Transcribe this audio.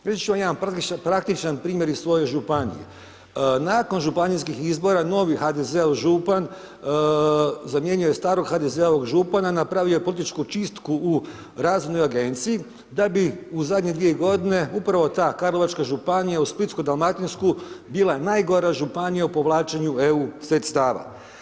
Ispričavat ću vam jedan prvi praktičan primjer iz svoje županije, nakon županijskih izbora, novi HDZ-ov župan zamijenio je starog HDZ-ovog župana, napravio je političku čistu u raznoj agenciji da bi u zadnje dvije godine upravo ta karlovačka županija uz splitsko-dalmatinsku bila najgora županija u povlačenju EU sredstava.